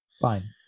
Fine